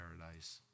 paradise